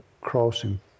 crossing